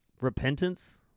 repentance